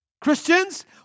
Christians